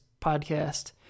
podcast